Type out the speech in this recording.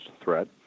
threat